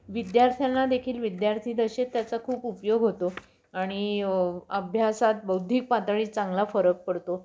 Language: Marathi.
विद्यार्थ्यांना देखील विद्यार्थीदशेत त्याचा खूप उपयोग होतो आणि अभ्यासात बौद्धिक पातळीत चांगला फरक पडतो